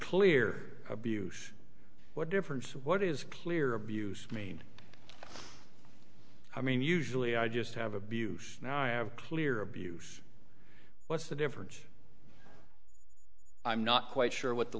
clear abuse what difference what is clear abuse i mean i mean usually i just have abuse and i have clear abuse what's the difference i'm not quite sure what the